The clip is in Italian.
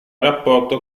rapporto